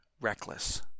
reckless